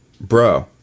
bro